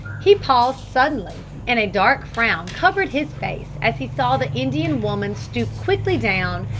he paused suddenly, and a dark frown covered his face as he saw the indian woman stoop quickly down,